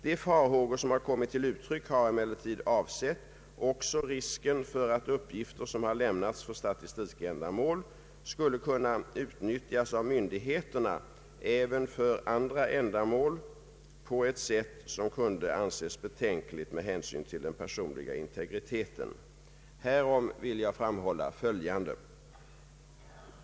De farhågor som har kommit till uttryck har emellertid avsett också risken för att uppgifter, som har lämnats för statistikändamål, skulle kunna utnyttjas av myndigheterna även för andra ändamål på ett sätt som kunde anses betänkligt med hänsyn till den personliga integriteten. Härom vill jag framhålla följande.